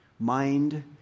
mind